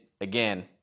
again